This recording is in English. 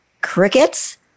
crickets